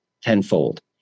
tenfold